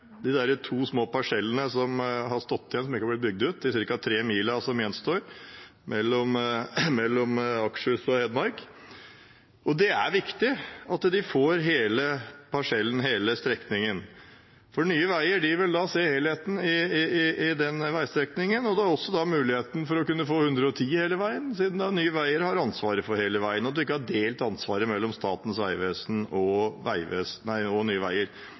de to små parsellene som har stått igjen og ikke blitt bygd ut – de ca. tre milene som gjenstår mellom Akershus og Hedmark. Det er viktig at de får hele parsellen, hele strekningen, for da vil Nye veier se helheten i den veistrekningen. De har også muligheten for å kunne få 110 km/t hele veien, siden Nye veier har ansvaret for hele veien og at man ikke har delt ansvaret mellom Statens vegvesen og